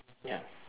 ya